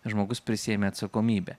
žmogus prisiėmė atsakomybę